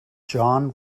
john